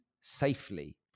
safely